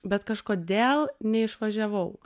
bet kažkodėl neišvažiavau